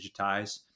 digitize